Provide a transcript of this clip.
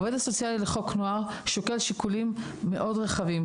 העובד הסוציאלי לחוק נוער שוקל שיקולים מאוד רחבים.